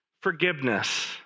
forgiveness